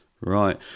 Right